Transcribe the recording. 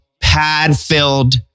pad-filled